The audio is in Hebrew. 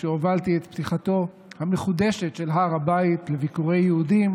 כשהובלתי את פתיחתו המחודשת של הר הבית לביקורי יהודים